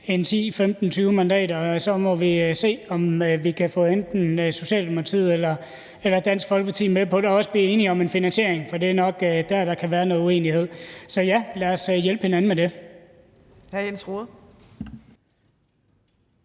10, 15, 20 mandater. Så må vi se, om vi kan få enten Socialdemokratiet eller Dansk Folkeparti med på det og også blive enige om en finansiering, for det er nok der, der kan være noget uenighed. Så ja, lad os hjælpe hinanden med det.